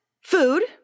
food